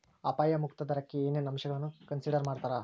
ಅಪಾಯ ಮುಕ್ತ ದರಕ್ಕ ಏನೇನ್ ಅಂಶಗಳನ್ನ ಕನ್ಸಿಡರ್ ಮಾಡ್ತಾರಾ